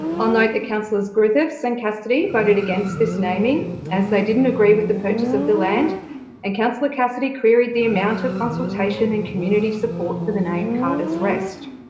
i'll note that councillors griffiths and cassidy voted against this naming as they didn't agree with the purchase of the land and councillor cassidy queried the amount of consultation and community support for the name, carter's rest.